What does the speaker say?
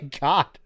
God